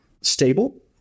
stable